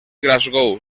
glasgow